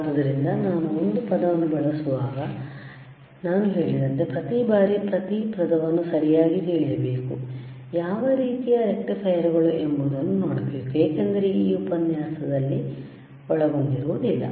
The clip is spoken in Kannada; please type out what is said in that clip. ಆದ್ದರಿಂದ ನಾನು ಒಂದು ಪದವನ್ನು ಬಳಸುವಾಗ ನಾನು ಹೇಳಿದಂತೆ ಪ್ರತಿ ಬಾರಿ ಪ್ರತಿ ಪದವನ್ನು ಸರಿಯಾಗಿ ತಿಳಿಯಬೇಕು ಯಾವ ರೀತಿಯ ರೆಕ್ಟಿಫೈಯರ್ಗಳು ಎಂಬುದನ್ನು ನೋಡಬೇಕು ಏಕೆಂದರೆ ಈ ಉಪನ್ಯಾಸದಲ್ಲಿ ಒಳಗೊಂಡಿರುವುದಿಲ್ಲ